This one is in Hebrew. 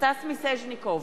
סטס מיסז'ניקוב